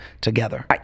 together